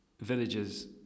villagers